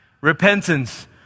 Repentance